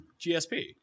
GSP